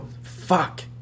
Fuck